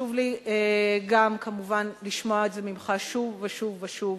חשוב לי גם כמובן לשמוע את זה ממך שוב ושוב ושוב.